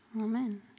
Amen